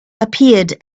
appeared